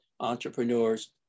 entrepreneurs